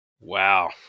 Wow